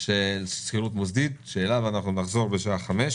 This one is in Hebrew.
שכירות מוסדית אליו נחזור היום